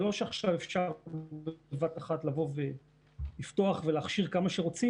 זה לא שאפשר בבת אחת לפתוח ולהכשיר כמה שרוצים,